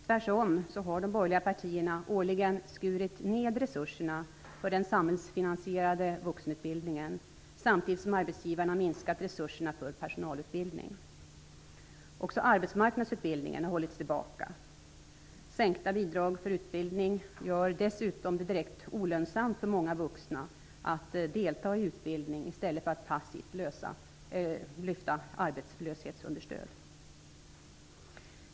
Tvärtom har de borgerliga partierna årligen skurit ned resurserna för den samhällsfinansierade vuxenutbildningen samtidigt som arbetsgivarna minskat resurserna för personalutbildning. Också arbetsmarknadsutbildningen har hållits tillbaka. Sänkta bidrag för utbildning gör det dessutom direkt olönsamt för många vuxna att delta i utbildning i stället för att passivt lyfta arbetslöshetsunderstöd.